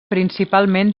principalment